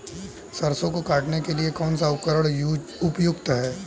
सरसों को काटने के लिये कौन सा उपकरण उपयुक्त है?